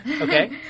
Okay